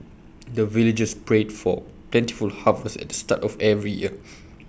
the villagers pray for plentiful harvest at the start of every year